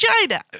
vagina